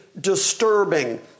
disturbing